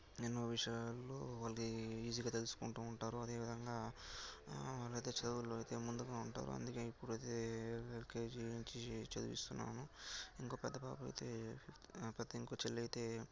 ఎన్నో విషయాలల్లో వాళ్ళది ఈజీగా తెలుసుకుంటూ ఉంటారు అదేవిధంగా వాళ్ళైతే చదువుల్లో అయితే ముందుగా ఉంటారు అందుకే ఇప్పుడు ఎల్కేజీ నుంచి చదివిస్తున్నాను ఇంకో పెద్దపాపయితే ఫి ఇంకో చెల్లయితే